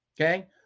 okay